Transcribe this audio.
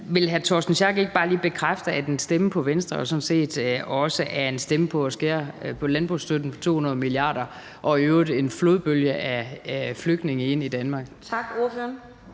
Vil hr. Torsten Schack Pedersen ikke bare lige bekræfte, at en stemme på Venstre sådan set også er en stemme på at skære 200 mia. kr. på landbrugsstøtten og i øvrigt få en flodbølge af flygtninge ind i Danmark? Kl.